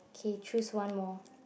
K choose one more